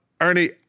Ernie